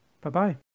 bye-bye